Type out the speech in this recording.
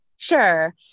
Sure